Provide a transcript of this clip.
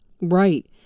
Right